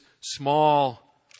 small